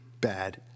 bad